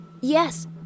Yes